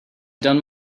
done